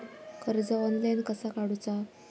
कर्ज ऑनलाइन कसा काडूचा?